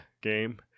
game